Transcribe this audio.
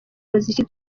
muziki